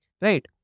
Right